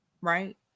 right